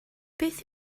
beth